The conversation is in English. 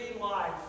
life